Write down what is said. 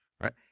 right